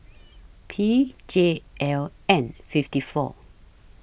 P J L N fifty four